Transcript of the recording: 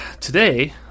today